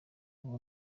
ubu